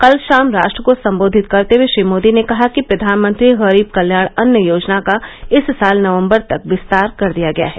कल शाम राष्ट्र को सम्बोधित करते हए श्री मोदी ने कहा कि प्रवानमंत्री गरीब कल्याण अन्न योजना का इस साल नवम्बर तक विस्तार कर दिया गया है